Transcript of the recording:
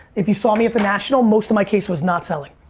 if you saw me at the national, most of my case was not selling.